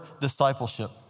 discipleship